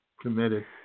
committed